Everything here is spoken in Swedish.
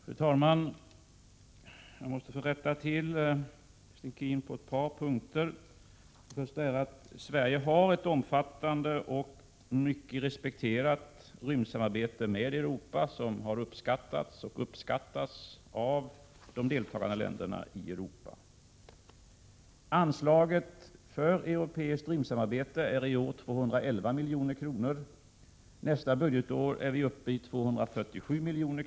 Fru talman! Jag måste rätta Kerstin Keen på ett par punkter. Sverige har ett omfattande och mycket respekterat rymdsamarbete med Europa, som uppskattas av de deltagande länderna i Europa. Anslaget för europeiskt rymdsamarbete är i år 211 milj.kr. Nästa budgetår är vi uppe i 247 miljoner.